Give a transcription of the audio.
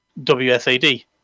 WSAD